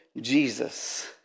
Jesus